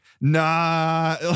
nah